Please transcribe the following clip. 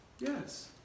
Yes